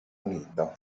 unito